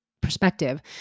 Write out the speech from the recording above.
perspective